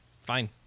fine